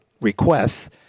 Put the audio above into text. requests